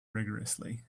rigourously